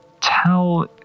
tell